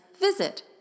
visit